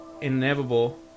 inevitable